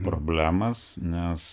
problemas nes